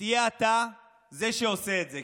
תהיה אתה זה שעושה את זה,